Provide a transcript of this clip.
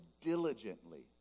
diligently